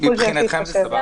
מבחינתכם זה סבבה?